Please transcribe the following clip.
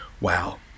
Wow